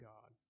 God